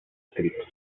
escritos